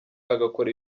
agakora